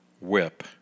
whip